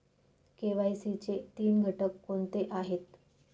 KYC चे तीन घटक कोणते आहेत?